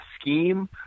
scheme